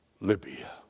Libya